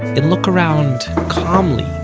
and look around, calmly,